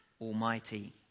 almighty